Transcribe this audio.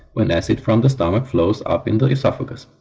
when acid from the stomach flows up in the esophagus.